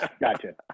Gotcha